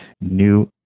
new